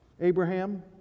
Abraham